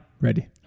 Ready